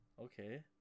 Okay